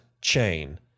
chain